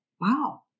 Wow